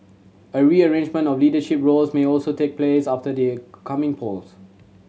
a rearrangement of leadership roles may also take place after the coming polls